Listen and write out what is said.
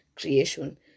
creation